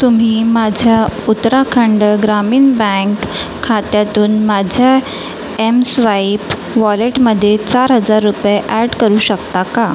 तुम्ही माझ्या उत्तराखंड ग्रामीन बँक खात्यातून माझ्या एमस्वाईप वॉलेटमध्ये चार हजार रुपये ॲड करू शकता का